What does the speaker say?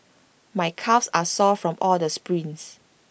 my calves are sore from all the sprints